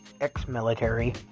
ex-military